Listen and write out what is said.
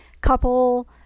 couple